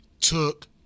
took